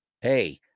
hey